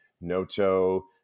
Noto